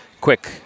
quick